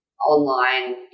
online